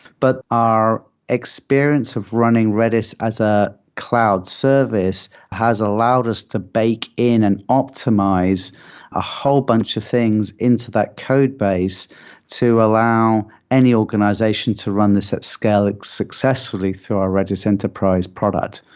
but our experience of running redis as a cloud service has allowed us to bake in and optimize a whole bunch of things into that codebase to allow any organization to run this at scale like successfully through our redis enterprise product.